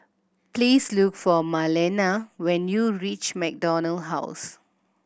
please look for Marlena when you reach MacDonald House